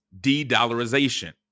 de-dollarization